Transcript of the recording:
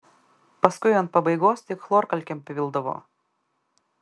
paskui ant pabaigos tik chlorkalkėm pildavo